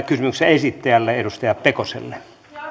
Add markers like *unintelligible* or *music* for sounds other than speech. *unintelligible* kysymyksen esittäjälle edustaja pekoselle arvoisa